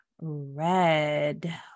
red